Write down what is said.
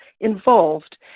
involved